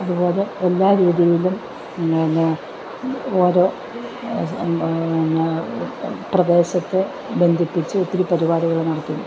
അതുപോലെ എല്ലാ രീതിയിലും ഓരോ പ്രദേശത്തെ ബന്ധിപ്പിച്ചു ഒത്തിരി പരിപാടികൾ നടക്കുന്നു